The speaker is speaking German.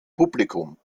publikum